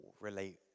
relate